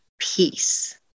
peace